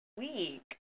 week